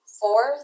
Fourth